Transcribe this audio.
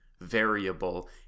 variable